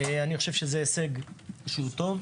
אני חושב שזה הישג שהוא טוב,